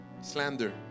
Slander